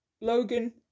Logan